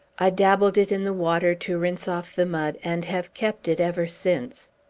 i dabbled it in the water, to rinse off the mud, and have kept it ever since.